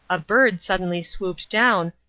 a bird suddenly swooped down,